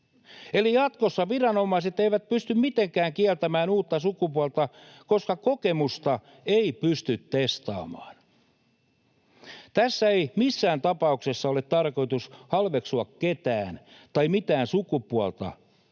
Eli jatkossa viranomaiset eivät pysty mitenkään kieltämään uutta sukupuolta, koska kokemusta ei pysty testaamaan. Tässä ei missään tapauksessa ole tarkoitus halveksua ketään tai mitään sukupuolta,